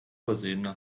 versehene